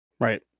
Right